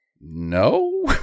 no